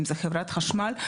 אם זאת חברת חשמל,